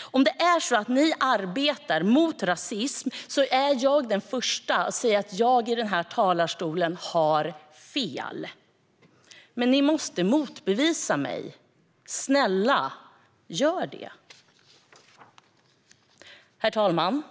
Om det är så att ni arbetar mot rasism är jag den första att erkänna att jag i den här talarstolen har fel. Men ni måste motbevisa mig. Snälla - gör det! Herr talman!